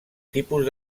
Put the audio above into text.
tipus